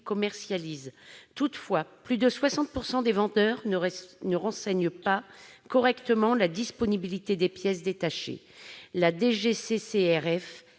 commercialisent. Toutefois, plus de 60 % des vendeurs n'informent pas correctement sur la disponibilité des pièces détachées. La